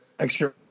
extra